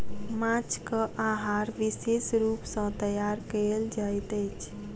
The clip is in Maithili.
माँछक आहार विशेष रूप सॅ तैयार कयल जाइत अछि